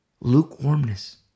Lukewarmness